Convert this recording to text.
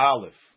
Aleph